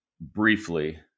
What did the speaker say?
briefly